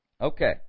Okay